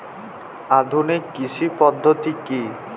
আধুনিক কৃষি পদ্ধতি কী?